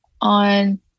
on